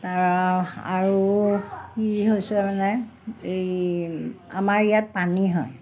তাৰ আৰু কি হৈছে মানে এই আমাৰ ইয়াত পানী হয়